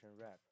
rap